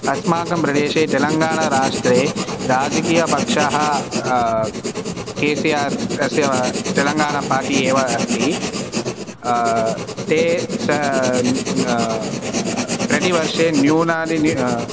अस्माकं प्रदेशे तेलङ्गाणराष्ट्रे राजकीयपक्षः के सि आर् अस्य तेलङ्गाना पार्टि एव अस्ति ते स प्रतिवर्षे न्यूनातिन्यू